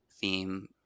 theme